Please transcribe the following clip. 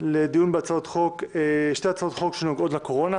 לדיון בשתי הצעות חוק שנוגעות לקורונה: